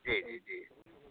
जी जी जी